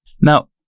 Now